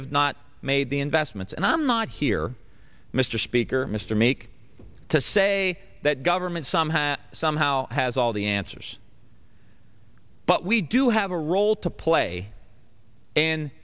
have not made the investments and i'm not here mr speaker mr meek to say that government somehow somehow has all the answers but we do have a role to play